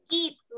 eat